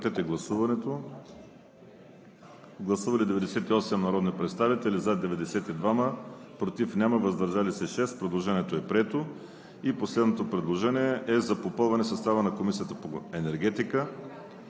на гласуване. Гласували 98 народни представители: за 92, против няма, въздържали се 6. Предложението е прието. И последното предложение е „РЕШЕНИЕ за попълване състава на Комисията по енергетика